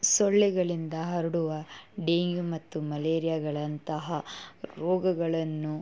ಸೊಳ್ಳೆಗಳಿಂದ ಹರಡುವ ಡೇಂಗ್ಯು ಮತ್ತು ಮಲೇರಿಯಾಗಳಂತಹ ರೋಗಗಳನ್ನು